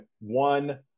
one